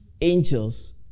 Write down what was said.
angels